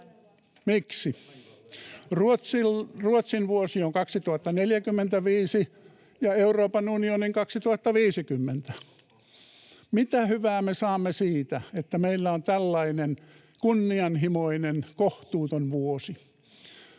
Miksi? Ruotsin vuosi on 2045 ja Euroopan unionin 2050. Mitä hyvää me saamme siitä, että meillä on tällainen kunnianhimoinen, kohtuuton vuosi?